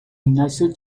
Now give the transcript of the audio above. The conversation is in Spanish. ignacio